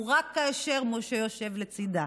ורק כאשר משה יושב לצידה